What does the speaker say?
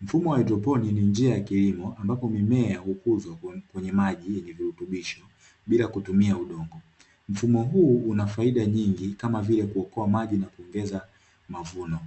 Mfumo wa hydroponi ni njia ya kilimo ambayo mimea hukua kwenye maji yenye virutubisho bila kutumia udongo. Mfumo huu unafaida kama vile kuokoa maji na kuongeza mavuno.